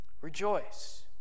Rejoice